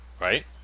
Right